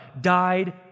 died